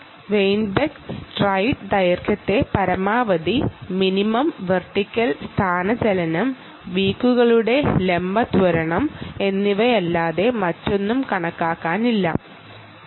Weinberg stride ട്യൂറേ ഒരു step നടക്കുമ്പോൾ ഉണ്ടാകുന്ന ഹിപ്പിന്റെ ഉയർന്ന വെർട്ടിക്കൽ ആക്സിലറേഷന്റെയും കുറഞ്ഞ വെർട്ടിക്കൽ ആക്സിലറേഷന്റെയും വ്യത്യാസത്തിന്റെ ഫംഗഷനായി പറഞ്ഞിരിക്കുന്നു